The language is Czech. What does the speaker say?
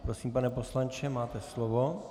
Prosím, pane poslanče, máte slovo.